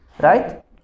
Right